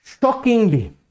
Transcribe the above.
Shockingly